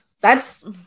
That's-